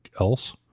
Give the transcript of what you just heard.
else